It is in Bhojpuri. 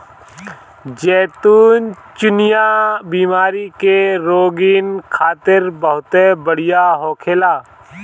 जैतून चिनिया बीमारी के रोगीन खातिर बहुते बढ़िया होखेला